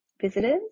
visitors